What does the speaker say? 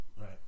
Right